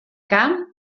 camp